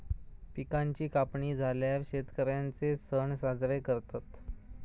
पिकांची कापणी झाल्यार शेतकर्यांचे सण साजरे करतत